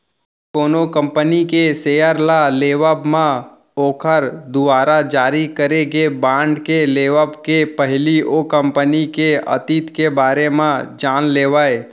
कोनो कंपनी के सेयर ल लेवब म ओखर दुवारा जारी करे गे बांड के लेवब के पहिली ओ कंपनी के अतीत के बारे म जान लेवय